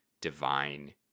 divine